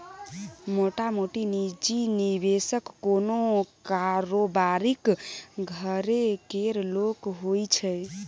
मोटामोटी निजी निबेशक कोनो कारोबारीक घरे केर लोक होइ छै